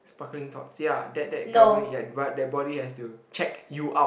sparkling thoughts ya that that governing but that body has to check you out